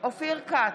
אופיר כץ,